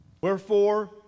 wherefore